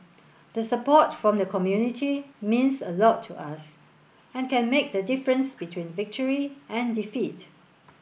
the support from the community means a lot to us and can make the difference between victory and defeat